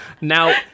Now